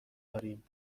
داریم